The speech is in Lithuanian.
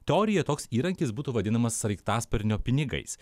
teorija toks įrankis būtų vadinamas sraigtasparnio pinigais